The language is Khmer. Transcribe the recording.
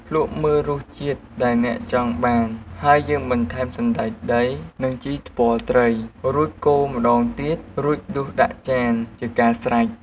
ភ្លក្សមើលរសជាតិដែរអ្នកចង់បានហើយ យើងបន្ថែមសណ្តែកដី និង ជីថ្ពាល់ត្រី រួចកូរម្ដងទៀតរួចដួសដាក់ចានជាការស្រេច។